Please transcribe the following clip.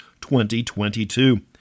2022